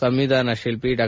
ಸಂವಿಧಾನ ಶಿಲ್ಪಿ ಡಾ